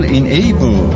enable